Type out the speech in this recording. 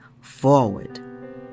forward